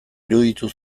iruditu